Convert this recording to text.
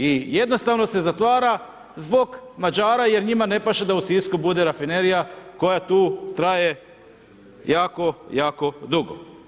I jednostavno se zatvara zbog Mađara jer njima ne paše da u Sisku bude Rafinerija koja tu traje jako, jako dugo.